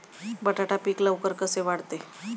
बटाटा पीक लवकर कसे वाढते?